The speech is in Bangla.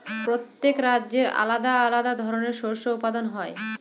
প্রত্যেক রাজ্যে আলাদা আলাদা ধরনের শস্য উৎপাদন হয়